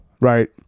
right